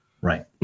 Right